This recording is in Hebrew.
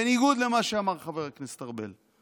בניגוד למה שאמר חבר הכנסת ארבל,